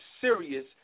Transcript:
serious